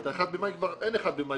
כבר אין 1 במאי